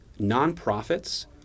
nonprofits